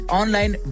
online